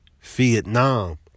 Vietnam